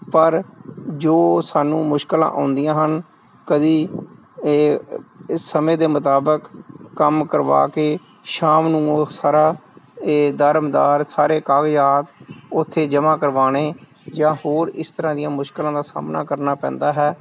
ਪਰ ਜੋ ਸਾਨੂੰ ਮੁਸ਼ਕਲਾਂ ਆਉਂਦੀਆਂ ਹਨ ਕਦੇ ਇਹ ਸਮੇਂ ਦੇ ਮੁਤਾਬਕ ਕੰਮ ਕਰਵਾ ਕੇ ਸ਼ਾਮ ਨੂੰ ਉਹ ਸਾਰਾ ਇਹ ਦਾਰਮਦਾਰ ਸਾਰੇ ਕਾਗਜ਼ਾਦ ਉੱਥੇ ਜਮ੍ਹਾਂ ਕਰਵਾਉਣੇ ਜਾਂ ਹੋਰ ਇਸ ਤਰ੍ਹਾਂ ਦੀਆਂ ਮੁਸ਼ਕਲਾਂ ਦਾ ਸਾਹਮਣਾ ਕਰਨਾ ਪੈਂਦਾ ਹੈ